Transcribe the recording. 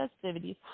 festivities